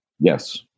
Yes